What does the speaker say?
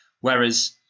Whereas